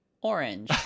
orange